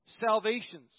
salvations